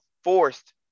forced